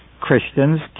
Christians